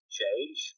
change